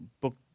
book